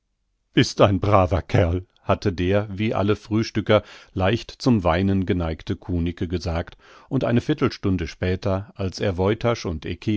bist ein braver kerl hatte der wie alle frühstücker leicht zum weinen geneigte kunicke gesagt und eine viertelstunde später als er